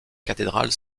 cathédrale